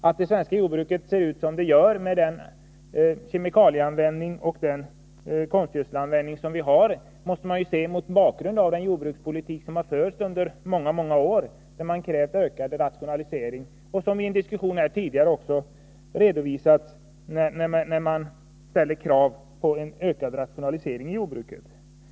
Att det svenska jordbruket ser ut som det gör — med dagens kemikalieoch konstgödselanvändning — måste ses mot bakgrund av den jordbrukspolitik som har förts under många år, då man krävt ökad rationalisering. I en tidigare diskussion redovisades också de effekter som uppstår när man ställer krav på ökad rationalisering inom jordbruket.